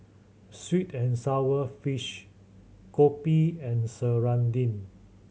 sweet and sour fish kopi and serunding